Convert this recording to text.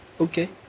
Okay